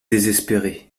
désespérés